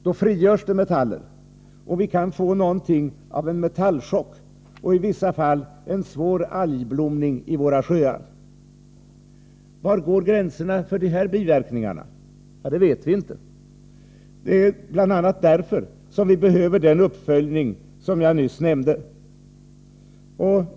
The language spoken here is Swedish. Då frigörs metaller och vi kan få något av en metallchock och i vissa fall en svår algblomning i våra sjöar. Var går f. ö. gränserna för dessa biverkningar? Det vet vi inte. Det är bl.a. därför som vi behöver den uppföljning som jag nyss nämnde.